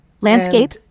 landscape